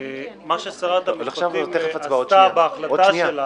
מה ששרת המשפטים עשתה בהחלטה שלה